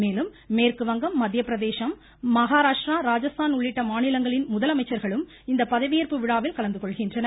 மேலும் மேற்கு வங்கம் மத்தியபிரதேசம் மகாராஷ்ட்ரா ராஜஸ்தான் உள்ளிட்ட மாநிலங்களின் முதலமைச்சர்களும் இந்த முதவியேற்பு விழாவில் கலந்துகொள்கின்றனர்